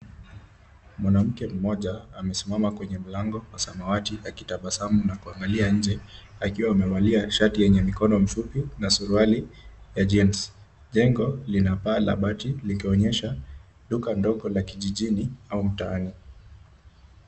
Mwanamke mmoja amesimama kwenye mlango wa samawati akitabasamu na kuangalia nje, akiwa amevalia shati ywnyw mikono mifupi na suruali ya jeans . Jengo lina paa la mabati, likionyesha duka ndogo la kijijini au mtaani.